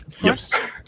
Yes